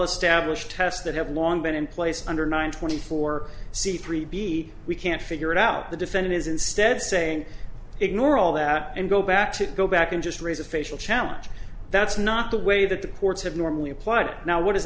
established tests that have long been in place under nine twenty four c three b we can't figure it out the defendant is instead saying ignore all that and go back to go back and just raise a facial challenge that's not the way that the courts have normally applied now what does